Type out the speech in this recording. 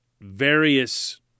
various